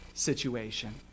Situation